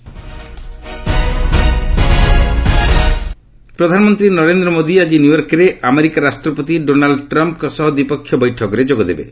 PM Trump meet ପ୍ରଧାନମନ୍ତ୍ରୀ ନରେନ୍ଦ୍ର ମୋଦି ଆଜି ନ୍ୟୟର୍କରେ ଆମେରିକା ରାଷ୍ଟ୍ରପତି ଡୋନାଲୁ ଟ୍ରମ୍ପଙ୍କ ସହ ଦ୍ୱିପକ୍ଷୀୟ ବୈଠକରେ ଯୋଗଦେବେ